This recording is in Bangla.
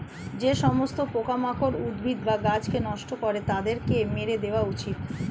যে সমস্ত পোকামাকড় উদ্ভিদ বা গাছকে নষ্ট করে তাদেরকে মেরে দেওয়া উচিত